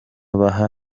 baha